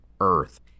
earth